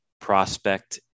prospect